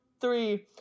three